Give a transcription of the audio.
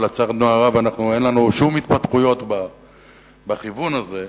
ולצערנו הרב אין לנו שום התפתחויות בכיוון הזה.